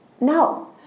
No